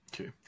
Okay